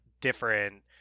different